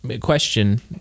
question